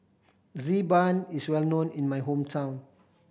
Xi Ban is well known in my hometown